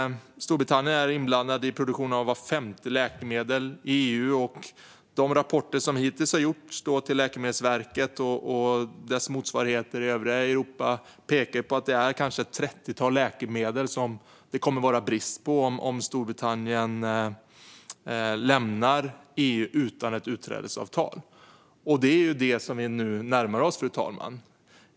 Storbritannien är inblandat i produktionen av vart femte läkemedel i EU. De rapporter som hittills har gjorts till Läkemedelsverket och dess motsvarigheter i övriga Europa pekar på att det kanske är ett trettiotal läkemedel som det kommer att vara brist på om Storbritannien lämnar EU utan ett utträdesavtal, vilket är den situation vi nu närmar oss, fru talman.